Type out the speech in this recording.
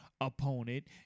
opponent